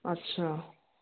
अछा